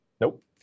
Nope